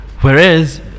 Whereas